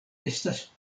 estas